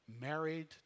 married